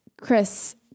Chris